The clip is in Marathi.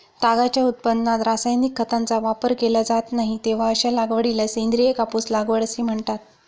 तागाच्या उत्पादनात रासायनिक खतांचा वापर केला जात नाही, तेव्हा अशा लागवडीला सेंद्रिय कापूस लागवड असे म्हणतात